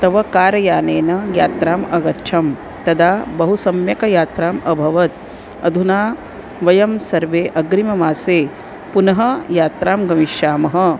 तव कार यानेन यात्राम् अगच्छं तदा बहु सम्यक् यात्राम् अभवत् अधुना वयं सर्वे अग्रिममासे पुनः यात्रां गमिष्यामः